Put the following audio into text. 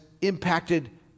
impacted